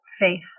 faith